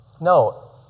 No